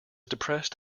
depressed